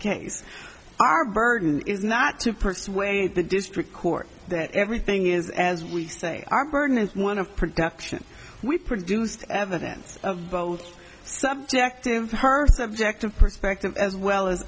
case our burden is not to persuade the district court that everything is as we say our burden is one of production we produced evidence of both active hertha objective perspective as well as